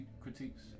critiques